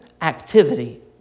Activity